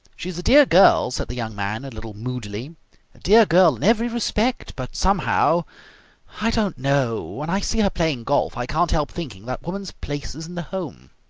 she is a dear girl, said the young man a little moodily, a dear girl in every respect. but somehow i don't know when i see her playing golf i can't help thinking that woman's place is in the home.